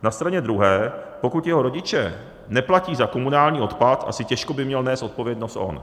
Na straně druhé, pokud jeho rodiče neplatí za komunální odpad, asi těžko by měl nést odpovědnost on.